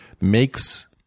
makes